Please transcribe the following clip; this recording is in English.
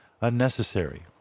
unnecessary